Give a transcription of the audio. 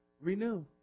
Renew